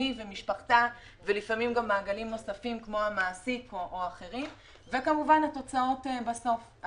משפחתה ומעגלים נוספים כמו המעסיק וכמובן התוצאות בסוף,